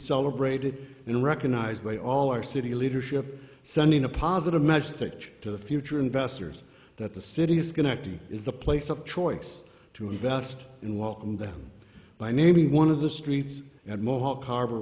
celebrated and recognized by all our city leadership sending a positive message to the future investors that the city's connected is the place of choice to invest and welcome them by name me one of the streets at mohawk harbor